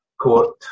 court